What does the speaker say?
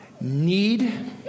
need